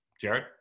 Jared